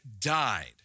died